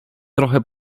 trochę